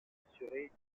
assurer